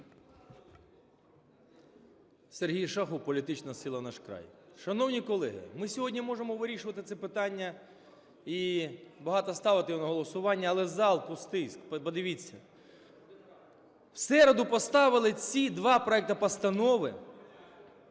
СергійШахов, політична сила "Наш край". Шановні колеги, ми сьогодні можемо вирішувати це питання і багато ставити його на голосування, але зал пустий, подивіться. В середу поставили ці два проекти постанови,